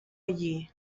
allí